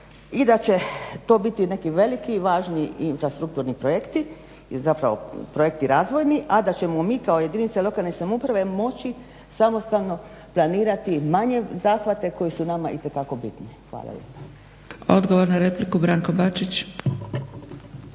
i da će to biti neki veliki i važni infrastrukturni projekti i zapravo projekti razvojni, a da ćemo mi kao jedinica lokalne samouprave moći samostalno planirati manje zahvate koji su nama isto tako bitni. Hvala lijepa. **Zgrebec, Dragica